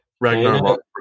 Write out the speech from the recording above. Ragnarok